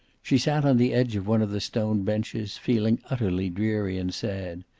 she sat on the edge of one of the stone benches, feeling utterly dreary and sad.